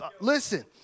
Listen